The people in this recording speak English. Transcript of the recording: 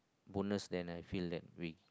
bonus then I feel that we